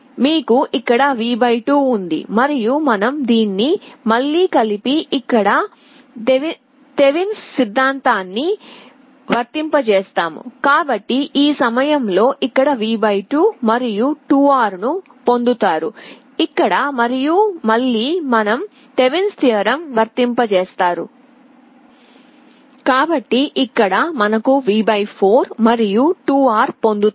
మీకు ఇక్కడ V 2 ఉంది మరియు మనం దీన్ని మళ్లీ కలిపి ఇక్కడ థేవినిన్ సిద్దాంతాన్ని వర్తింపజేస్తారు కాబట్టి ఈ సమయంలో ఇక్కడ V 2మరియు 2R ను పొందుతారు ఇక్కడ మరియు మళ్లీ మనం థేవినిన్ సిద్దాంతాన్ని వర్తింపజేస్తారు కాబట్టి ఇక్కడ మనం V 4 మరియు 2R పొందుతారు